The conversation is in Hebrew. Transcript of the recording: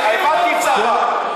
הבנתי צבא.